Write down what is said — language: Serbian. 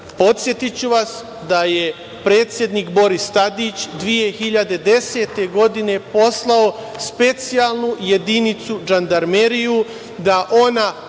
Podsetiću vas da je predsednik Boris Tadić 2010. godine poslao specijalnu jedinicu žandarmerije da ona